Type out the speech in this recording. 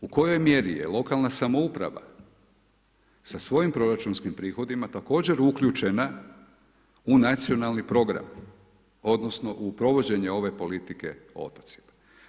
U kojoj mjeri je lokalna samouprava sa svojim proračunskim prihodima također uključena u Nacionalni program odnosno u provođenje ove politike o otocima.